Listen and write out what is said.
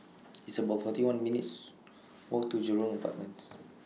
It's about forty one minutes' Walk to Jurong Apartments